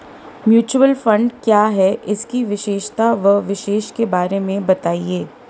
Mutual fund क्या है इसकी विशेषता व निवेश के बारे में बताइये?